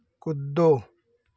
कूदो